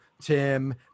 tim